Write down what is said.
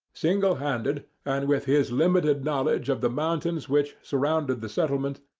single-handed, and with his limited knowledge of the mountains which surrounded the settlement,